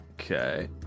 Okay